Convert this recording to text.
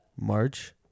March